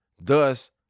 thus